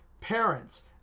parents